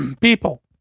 People